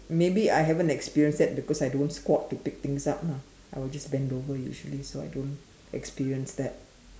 maybe I haven't experienced that because I don't squat to pick things up lah I will just bend over usually so I don't experience that